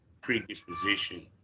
predisposition